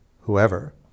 whoever